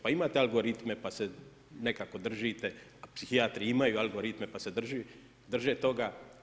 Pa imate algoritme, pa se nekako držite, a psihijatri imaju algoritme pa se drže toga.